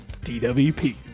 DWP